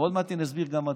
ועוד מעט אני אסביר גם מדוע.